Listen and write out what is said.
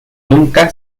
nunca